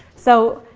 so,